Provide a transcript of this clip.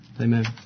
Amen